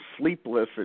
sleepless